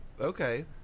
Okay